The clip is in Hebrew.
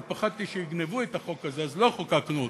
אבל פחדתי שיגנבו את החוק הזה אז לא חוקקנו אותו,